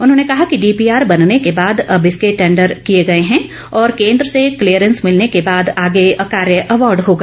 उन्होंने कहा कि डीपीआर बनने के बाद अब इसके टेंडर किए गए हैं और केंद्र से क्लीयरेंस मिलने के बाद आगे कार्य अवार्ड होगा